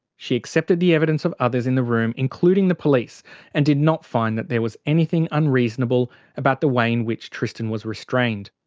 she accepted the evidence of others in the room including the police and did not find that there was anything unreasonable about the way in which tristan was restrained.